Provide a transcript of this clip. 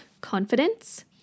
confidence